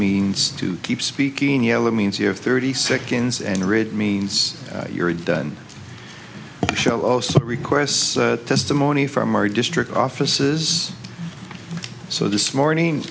means to keep speaking yellow means you have thirty seconds and or it means you're done show us some requests testimony from our district offices so this morning